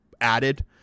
added